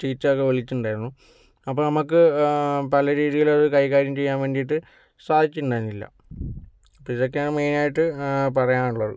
ചീത്തയൊക്കെ വിളിച്ചിട്ടുണ്ടായിരുന്നു അപ്പോൾ നമുക്ക് പല രീതിയിൽ അത് കൈകാര്യം ചെയ്യാൻ വേണ്ടിയിട്ട് സാധിച്ചിട്ടുണ്ടായിരുന്നില്ല അപ്പോൾ ഇതൊക്കെയാണ് മെയിനായിട്ട് പറയാൻ ഉള്ളത്